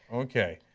okay,